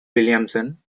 williamson